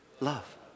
Love